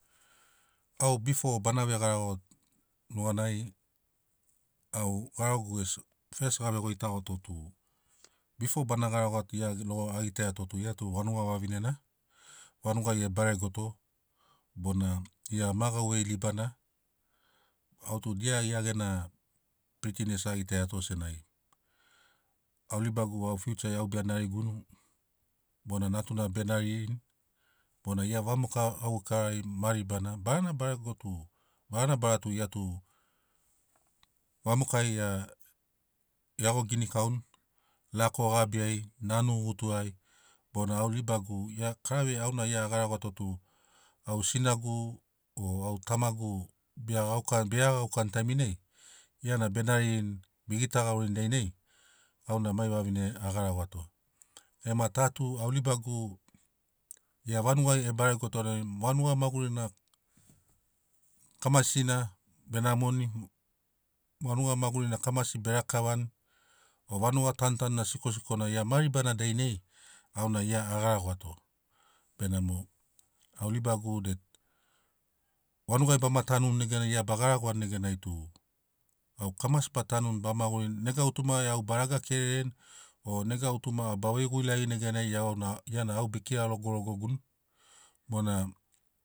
Au bifo bana vegarago nuganai au garagogu gesi fest gavegoitagoto tu bifo bana garagoa gia logo a gitaia to tu gia vanuga vavinena vanugai e baregoto bona gia ma gauvei ribana au tu dia gia gena pritines a gitaia to senagi au ribagu au fiuchai au bea nariguni bona natuma bea naririni bona gia vamoka gaukarari ma ribana barana baregona tu barana bara tu gia tu vamokai a iago ginikauni lako gabiai nanu gutuai bona au ribagu ia karavei gia a garagoato tu au sinagu o au tamagu be gaukani bege gaukani taiminai gia na bea naririni be gitagaurini dainai au na mai vavine a garagoato ema ta tu au ribagu gia vanugai e baregoto dainai vanuga magurina kamasina be namoni vanuga magurina kamasina be rakavani o vanuga tanutanuna sikosikona gia maribana dainai au na gia a garagoato benamo au ribagu det vanuga bama tauni neganai gia ba garagoani neganai tu au kamasi ba tanuni ba magurini nega gutuma au ba raga kerereni o nega gutuma ba vei guilagini neganai gia na auna gia na au be kira logologoguni bona